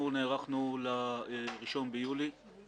אנחנו לא רואים צורך בהודעה חדשה.